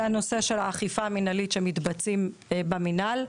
ונושא האכיפה המנהלית שמתבצעים במנהל.